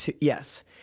Yes